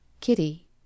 Kitty